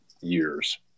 years